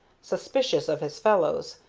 suspicious of his fellows,